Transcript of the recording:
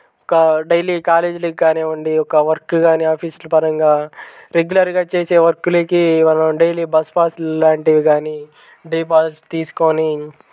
కా డైలీ కాలేజీలకు కానివ్వండి ఇంకా వర్క్ కానీ ఆఫీస్ల పరంగా రెగ్యులర్గా చేసే వర్క్లకి వాళ్ళ డైలీ బస్సు పాసులు లాంటివి కానీ డే పాస్ తీసుకొని